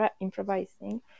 improvising